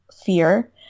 fear